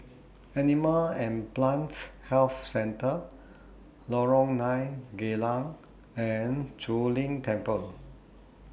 Animal and Plants Health Centre Lorong nine Geylang and Zu Lin Temple